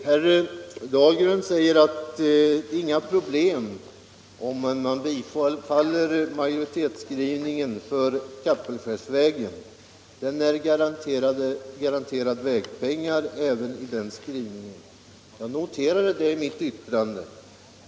Herr talman! Herr Dahlgren säger att det inte blir några problem med Kapellskärsvägen om man bifaller majoritetsskrivningen. Den är garanterad vägpengar även i den skrivningen. Jag noterade det i mitt yttrande.